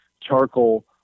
Charcoal